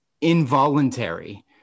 involuntary